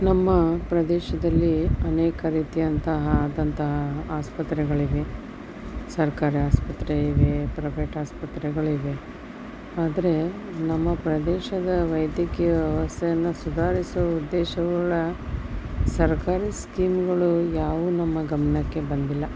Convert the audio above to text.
ನಮ್ಮ ಪ್ರದೇಶದಲ್ಲಿ ಅನೇಕ ರೀತಿಯಂತಹ ಆದಂತಹ ಆಸ್ಪತ್ರೆಗಳಿವೆ ಸರ್ಕಾರಿ ಆಸ್ಪತ್ರೆ ಇವೆ ಪ್ರವೇಟ್ ಆಸ್ಪತ್ರೆಗಳು ಇವೆ ಆದರೆ ನಮ್ಮ ಪ್ರದೇಶದ ವೈದ್ಯಕೀಯ ವ್ಯವಸ್ಥೆಯನ್ನು ಸುಧಾರಿಸುವ ಉದ್ದೇಶವುಳ್ಳ ಸರ್ಕಾರಿ ಸ್ಕೀಮ್ಗಳು ಯಾವುವೂ ನಮ್ಮ ಗಮನಕ್ಕೆ ಬಂದಿಲ್ಲ